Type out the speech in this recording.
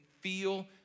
feel